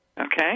Okay